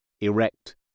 erect